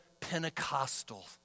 Pentecostal